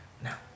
Now